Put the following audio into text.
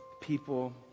people